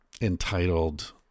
entitled